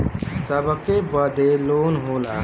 सबके बदे लोन होला